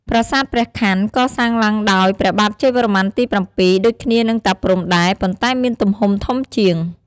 ប្រាសាទព្រះខ័ន កសាងឡើងដោយព្រះបាទជ័យវរ្ម័នទី ៧ ដូចគ្នានឹងតាព្រហ្មដែរ ប៉ុន្តែមានទំហំធំជាង។